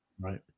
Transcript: Right